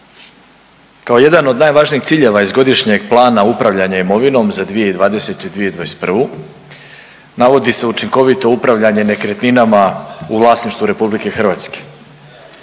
kao jedan od najvažnijih ciljeva iz Godišnjeg plana upravljanja imovinom za 2020. i 2021. navodi se učinkovito upravljanje nekretninama u vlasništvu RH. Ovdje